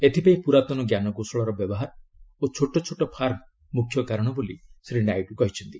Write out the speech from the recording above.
ଏଥିପାଇଁ ପୂରାତନ ଜ୍ଞାନକୌଶଳର ବ୍ୟବହାର ଓ ଛୋଟ ଛୋଟ ଫାର୍ମ ମୁଖ୍ୟ କାରଣ ବୋଲି ଶ୍ରୀ ନାଇଡୁ କହିଛନ୍ତି